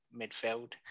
midfield